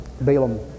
Balaam